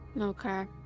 Okay